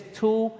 two